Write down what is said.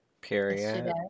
period